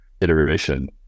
iteration